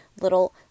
little